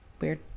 Weird